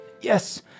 Yes